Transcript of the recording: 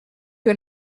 que